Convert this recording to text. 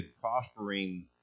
prospering